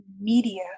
media